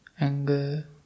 anger